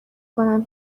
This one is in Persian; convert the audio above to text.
کنم